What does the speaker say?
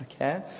okay